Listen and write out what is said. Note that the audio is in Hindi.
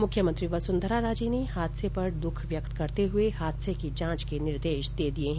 मुख्यमंत्री वसुन्धरा राजे ने हादसे पर दुःख व्यक्त करते हुए हादसे की जांच के निर्देश दिए हैं